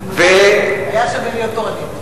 אה, נכון, היה שווה להיות תורנית.